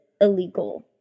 illegal